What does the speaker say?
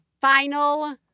final